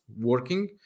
working